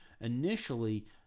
initially